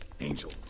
Angel